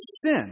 sin